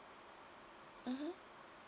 mmhmm